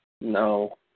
No